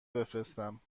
بفرستم